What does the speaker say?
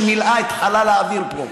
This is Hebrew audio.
שמילאה את חלל האוויר פה.